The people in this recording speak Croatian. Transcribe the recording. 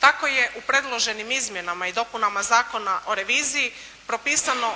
Tako je u predloženim izmjenama i dopunama Zakona o reviziji propisano